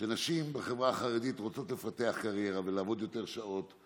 נשים בחברה החרדית רוצות לפתח קריירה ולעבוד יותר שעות,